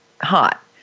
hot